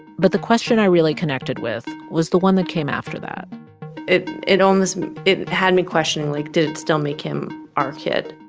but the question i really connected with was the one that came after that it it almost it had me questioning, like, did it still make him our kid?